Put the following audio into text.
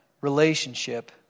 relationship